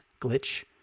Glitch